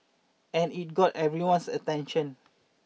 and it got everyone's attention